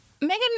Megan